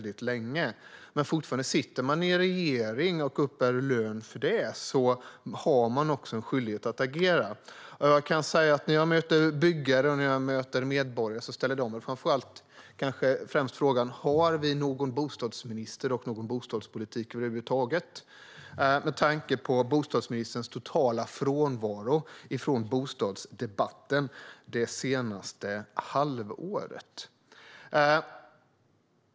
Dock sitter bostadsministern i regeringen och uppbär lön för det och har då en skyldighet att agera. När jag möter byggare och medborgare ställer de främst frågan om Sverige har någon bostadsminister och bostadspolitik över huvud taget, med tanke på bostadsministerns totala frånvaro från bostadsdebatten det senaste halvåret.